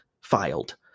filed